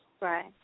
Right